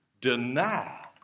deny